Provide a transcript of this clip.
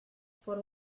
por